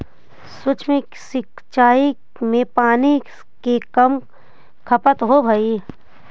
सूक्ष्म सिंचाई में पानी के कम खपत होवऽ हइ